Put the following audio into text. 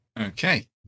Okay